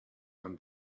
when